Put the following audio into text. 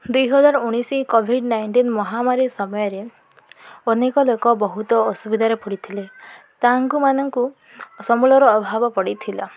ଦୁଇ ହଜାର ଉଣେଇଶ କୋଭିଡ଼୍ ନାଇଣ୍ଟିନ୍ ମହାମାରୀ ସମୟରେ ଅନେକ ଲୋକ ବହୁତ ଅସୁବିଧାରେ ପଡ଼ିଥିଲେ ତାହାଙ୍କୁମାନଙ୍କୁ ସମ୍ବଳର ଅଭାବ ପଡ଼ିଥିଲା